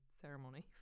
ceremony